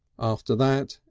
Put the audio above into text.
after that,